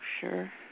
Sure